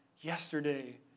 yesterday